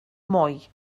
moi